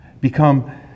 become